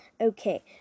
Okay